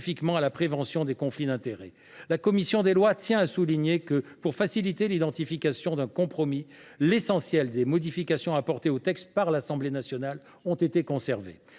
La commission des lois tient à le souligner, pour faciliter l’identification d’un compromis, l’essentiel des modifications apportées au texte par l’Assemblée nationale a été conservé.